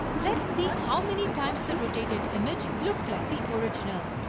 let's see how many times the rotated image looks like the original.